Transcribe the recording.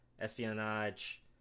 espionage